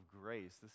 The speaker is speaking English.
grace